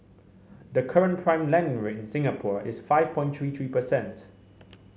the current prime lending rate in Singapore is five point three three percent